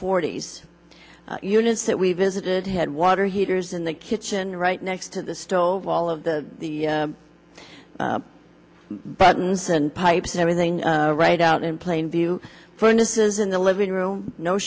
forty s units that we visited had water heaters in the kitchen right next to the stove all of the buttons and pipes and everything right out in plain view furnace is in the living room no